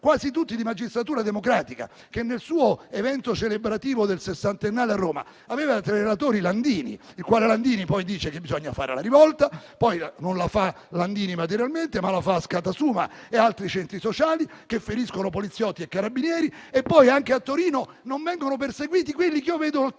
magistratura. Magistratura democratica, nel suo evento celebrativo del sessantennale a Roma, aveva tra i relatori Landini, il quale poi dice che bisogna fare la rivolta; poi non la fa Landini materialmente, ma la fanno Askatasuna e altri centri sociali che feriscono poliziotti e carabinieri, e poi anche a Torino non vengono perseguiti quelli che io vedo al